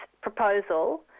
proposal